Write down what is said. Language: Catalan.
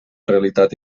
realitat